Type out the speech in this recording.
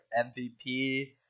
MVP